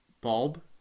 bulb